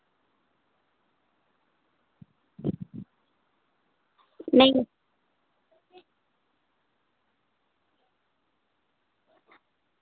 नेईं